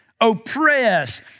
oppressed